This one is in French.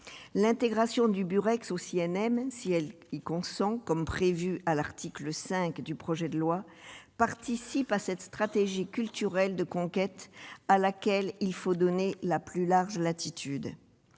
L'intégration du Burex, s'il y consent, au CNM, comme prévu à l'article 5 du projet de loi, participe de cette stratégie culturelle de conquête, à laquelle il faut donner la plus grande latitude.